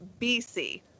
BC